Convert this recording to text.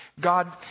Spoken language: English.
God